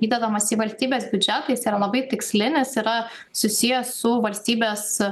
įdedamas į valstybės biudžetą jis yra labai tikslinis yra susiję su valstybės